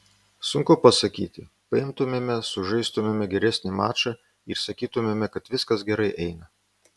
sunku pasakyti paimtumėme sužaistumėme geresnį mačą ir sakytumėme kad viskas gerai eina